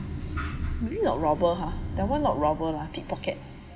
maybe not robber hor that one not robber lah pickpocket